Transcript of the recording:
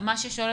העורף,